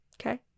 Okay